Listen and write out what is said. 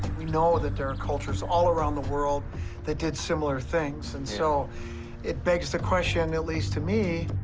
we know that there are cultures all around the world that did similar things, and so it begs the question, at least to me,